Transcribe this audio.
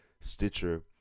Stitcher